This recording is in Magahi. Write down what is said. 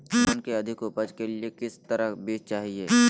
धान की अधिक उपज के लिए किस तरह बीज चाहिए?